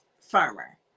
farmer